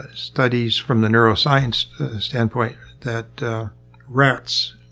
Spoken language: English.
studies from the neuroscience standpoint that rats